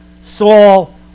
Saul